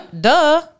Duh